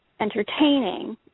entertaining